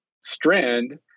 strand